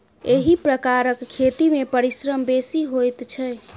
एहि प्रकारक खेती मे परिश्रम बेसी होइत छै